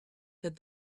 that